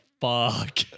fuck